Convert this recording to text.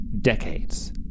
decades